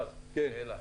שאלה.